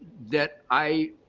that i,